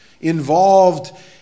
involved